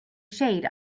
shade